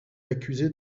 accusée